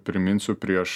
priminsiu prieš